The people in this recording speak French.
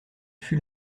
fut